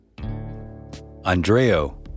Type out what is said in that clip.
Andreo